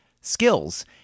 skills